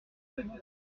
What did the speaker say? plus